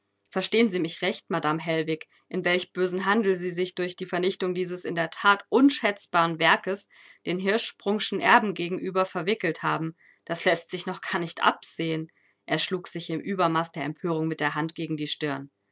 verstehen sie mich recht madame hellwig in welch bösen handel sie sich durch die vernichtung dieses in der that unschätzbaren werkes den hirschsprungschen erben gegenüber verwickelt haben das läßt sich noch gar nicht absehen er schlug sich im uebermaß der empörung mit der hand gegen die stirn